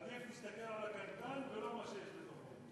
עדיף להסתכל על הקנקן ולא על מה שיש בתוכו.